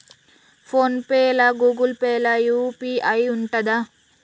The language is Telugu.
ఫోన్ పే లా గూగుల్ పే లా యూ.పీ.ఐ ఉంటదా?